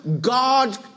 God